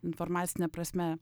informacine prasme